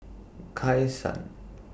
Kai San